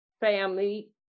family